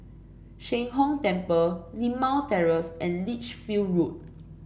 Sheng Hong Temple Limau Terrace and Lichfield Road